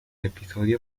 episodio